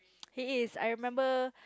he is I remember